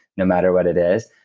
no matter what it is.